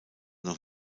noch